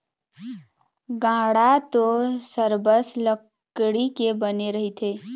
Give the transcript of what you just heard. गाड़ा तो सरबस लकड़ी के बने रहिथे